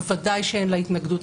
בוודאי אין לה התנגדות.